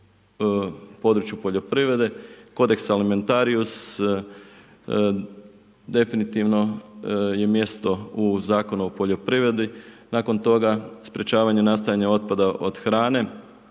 u području poljoprivrede, …/Govornik se ne razumije./… definitivno je mjesto u Zakonu o poljoprivredi, nakon toga sprječavanje nastajanja otpada od hrane,